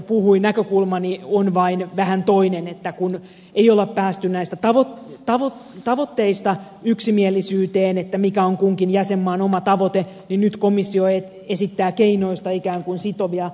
näkökulmani on vain vähän toinen että kun ei ole päästy yksimielisyyteen näistä tavoitteista mikä on kunkin jäsenmaan oma tavoite niin nyt komissio esittää keinoista ikään kuin sitovia